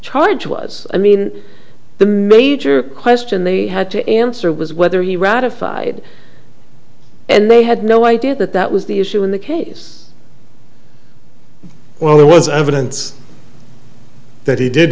charge was i mean the major question they had to answer was whether he ratified and they had no idea that that was the issue in the case well there was evidence that he did